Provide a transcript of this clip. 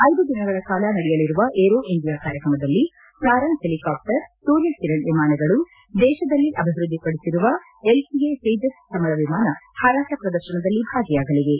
ಐದು ದಿನಗಳ ಕಾಲ ನಡೆಯಲಿರುವ ಏರೋ ಇಂಡಿಯಾ ಕಾರ್ಯಕ್ರಮದಲ್ಲಿ ಸಾರಾಂಗ್ ಹೆಲಿಕಾಪ್ಟರ್ ಸೂರ್ಯ ಕಿರಣ ವಿಮಾನಗಳು ದೇಶದಲ್ಲಿ ಅಭಿವೃದ್ಧಿಪಡಿಸಿರುವ ಎಲ್ಸಿಎ ತೇಜಸ್ ವಿಮಾನಗಳು ಹಾರಾಟ ಪ್ರದರ್ಶನದಲ್ಲಿ ಭಾಗಿಯಾಗಲಿವೆ